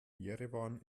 jerewan